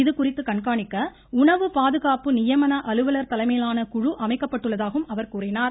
இதுகுறித்து கண்காணிக்க உணவு பாதுகாப்பு நியமன அலுவல் தலைமையிலான குழு அமைக்கப்பட்டுள்ளதாகவும் அவர் கூறிணர்